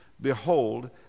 behold